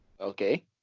Okay